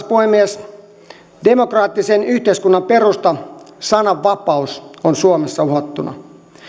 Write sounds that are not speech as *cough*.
*unintelligible* puhemies demokraattisen yhteiskunnan perusta sananvapaus on suomessa uhattuna